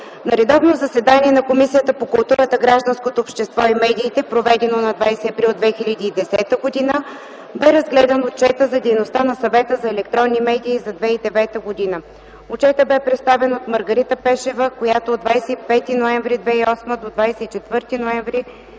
На редовно заседание на Комисията по културата, гражданското общество и медиите, проведено на 21 април 2010 г. бе разгледан Отчетът за дейността на Съвета за електронни медии за 2009 г. Отчетът бе представен от Маргарита Пешева, която от 25 ноември 2008 г. до 24 ноември